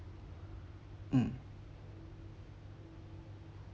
mm